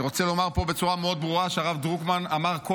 אני רוצה לומר פה בצורה מאוד ברורה שהרב דרוקמן אמר כל